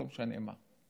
או לא משנה מה.